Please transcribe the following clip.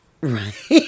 Right